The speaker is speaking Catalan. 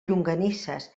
llonganisses